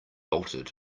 bolted